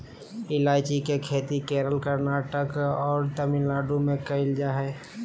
ईलायची के खेती केरल, कर्नाटक और तमिलनाडु में कैल जा हइ